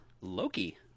Loki